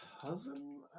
cousin